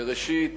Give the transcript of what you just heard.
ראשית